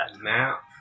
map